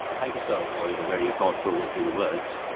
thank you, sir, for your very thought-provoking words.